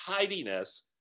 tidiness